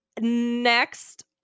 next